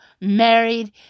married